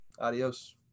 Adios